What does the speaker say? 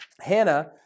Hannah